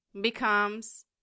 Becomes